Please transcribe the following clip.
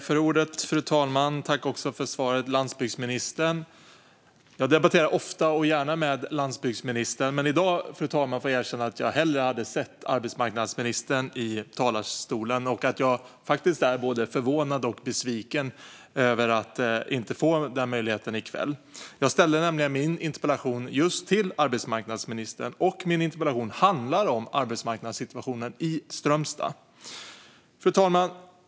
Fru talman! Jag tackar landsbygdsministern för svaret. Jag debatterar ofta och gärna med landsbygdsministern, men i dag får jag erkänna att jag hellre hade sett arbetsmarknadsministern i talarstolen och att jag faktiskt är både förvånad och besviken över att inte få denna möjlighet. Jag ställde nämligen min interpellation till just arbetsmarknadsministern, och min interpellation handlar om arbetsmarknadssituationen i Strömstad. Fru talman!